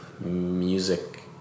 music